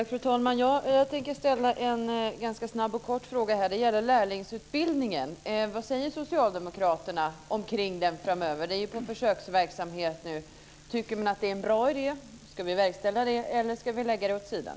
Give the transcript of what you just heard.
Fru talman! Jag tänker ställa en ganska snabb och kort fråga om lärlingsutbildningen. Den är nu en försöksverksamhet. Vad tycker Socialdemokraterna ska ske med den framöver? Tycker de att det är en bra idé? Ska vi verkställa den eller lägga den åt sidan?